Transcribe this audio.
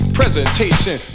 presentation